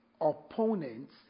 opponents